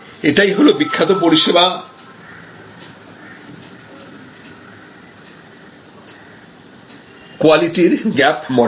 এটাই হল বিখ্যাত পরিষেবা কোয়ালিটির গ্যাপ মডেল